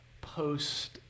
post